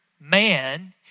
man